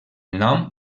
nom